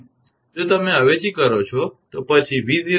જો તમે અવેજી કરો છો તો પછી 𝑉0 2